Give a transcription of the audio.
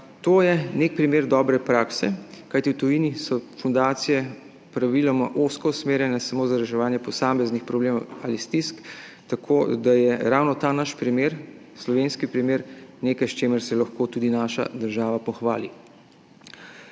To je nek primer dobre prakse, kajti v tujini so fundacije praviloma ozko usmerjene samo za reševanje posameznih problemov ali stisk, tako da je ravno ta naš primer, slovenski primer, nekaj, s čimer se lahko tudi naša država pohvali.